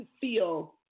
feel